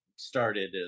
started